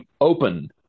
Open